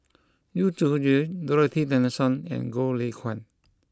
Yu Zhuye Dorothy Tessensohn and Goh Lay Kuan